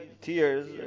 tears